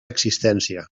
existència